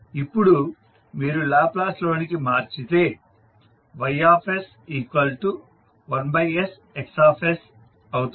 ఇప్పుడు మీరు లాప్లాస్లోనికి మార్చితే Ys1sXs అవుతుంది